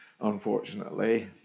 unfortunately